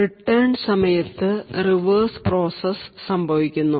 return സമയത്ത് reverse process സംഭവിക്കുന്നു